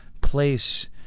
place